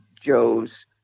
Joes